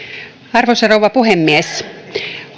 arvoisa rouva puhemies